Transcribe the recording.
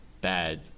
bad